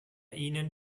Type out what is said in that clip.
ihnen